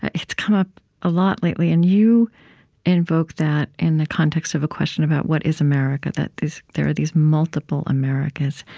it's come up a lot, lately, and you invoke that in the context of a question about what is america that there are these multiple americas.